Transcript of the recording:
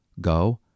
Go